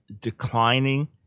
declining